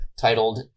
titled